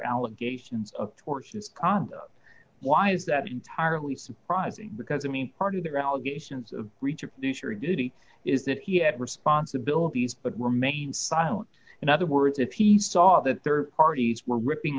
allegations of torture his conduct why is that entirely surprising because i mean part of their allegations reach a producer of duty is that he had responsibilities but remained silent in other words if he saw that their parties were ripping